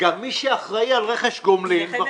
גם מי שאחראי על רכש גומלין,